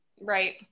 right